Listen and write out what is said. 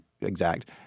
exact—